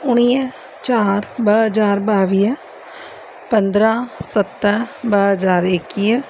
उणिवीह चारि ॿ हज़ार ॿावीह पंद्रहं सत ॿ हज़ार एकवीह